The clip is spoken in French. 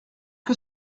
que